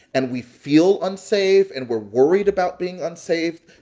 and we feel unsafe and we're worried about being unsafe,